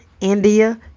India